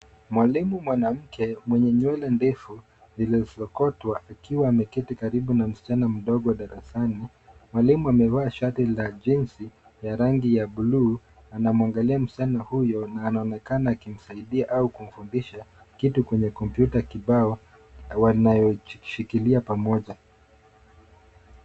Mwalimu mwanamke mwenye nywele ndefu zilizosokotwa, akiwa ameketi karibu na msichana mdogo darasani. Mwalimu amevaa shati la jeans ya rangi ya blue , anamwangalia msichana huyo na anaonekana akimsaidia au kumfundisha kitu kwenye kompyuta kibao, wanayoshikilia pamoja.